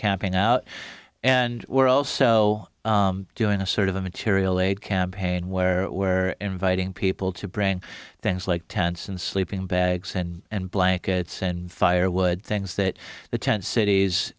camping out and we're also doing a sort of a material aid campaign where where inviting people to bring things like tents and sleeping bags and and blankets and firewood things that the tent cities